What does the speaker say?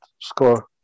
score